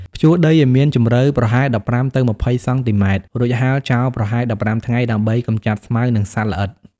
ភ្ជួរដីឱ្យមានជម្រៅប្រហែល ១៥ ទៅ ២០ សង់ទីម៉ែត្រ រួចហាលចោលប្រហែល ១៥ ថ្ងៃ ដើម្បីកម្ចាត់ស្មៅ និងសត្វល្អិត។